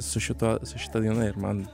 su šituo su šita daina ir man